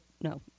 no